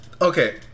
Okay